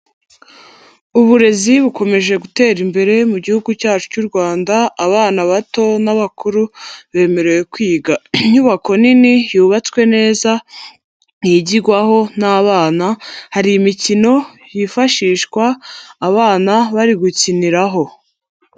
Uburezi bukomeje gutera imbere mu gihugu cyacu cy'u Rwanda abana bato n'abakuru bemerewe kwiga, inyubako nini yubatswe neza higigwaho n'abana, hari imikino hifashishwa abana bari gukiniraho.